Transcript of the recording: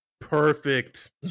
Perfect